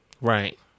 right